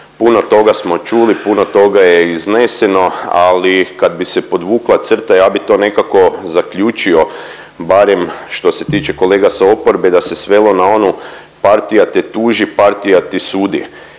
Puno toga smo čuli, puno toga je izneseno, ali kad bi se podvukla crta ja bi to nekako zaključio barem što se tiče kolega sa oporbe da se svelo na onu partija te tuži, partija ti sudi.